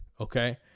Okay